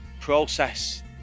process